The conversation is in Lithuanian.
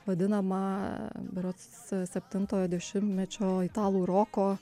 vadinama berods septintojo dešimtmečio italų roko